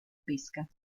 pesca